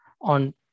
on